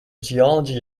geology